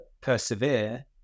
persevere